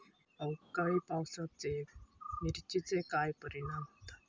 अवकाळी पावसाचे मिरचेर काय परिणाम होता?